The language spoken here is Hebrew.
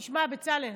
תשמע, בצלאל,